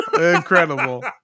Incredible